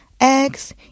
eggs